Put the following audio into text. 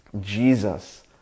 Jesus